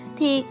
thì